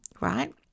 right